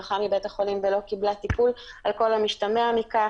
היא ברחה מבית-החולים ולא קיבלה טיפול על כל המשתמע מכך.